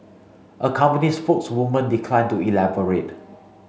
a company spokeswoman declined to elaborate